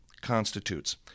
constitutes